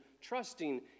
trusting